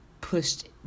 pushed